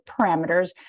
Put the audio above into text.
parameters